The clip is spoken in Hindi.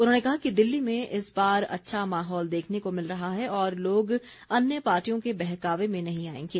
उन्होंने कहा कि दिल्ली में इस बार अच्छा माहौल देखने को मिल रहा है और लोग अन्य पार्टियों के बहकावे में नहीं आएंगे